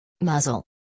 muzzle